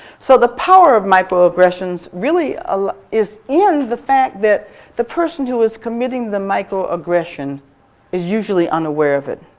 so the power of microaggressions really ah is in the fact that the person who is committing the microaggression is usually unaware of it,